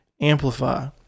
Amplify